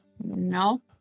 No